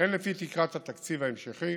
הן לפי תקרת התקציב ההמשכי